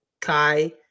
Kai